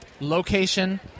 Location